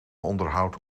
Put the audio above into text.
onderhoudt